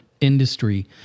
industry